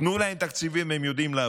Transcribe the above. תנו להם תקציבים, הם יודעים לעבוד.